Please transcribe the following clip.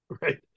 right